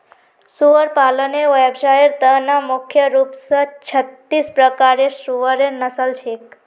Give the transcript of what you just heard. सुअर पालनेर व्यवसायर त न मुख्य रूप स छत्तीस प्रकारेर सुअरेर नस्ल छेक